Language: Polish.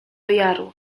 jaru